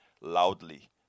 loudly